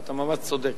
אתה נורא צודק,